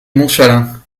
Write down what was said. montchalin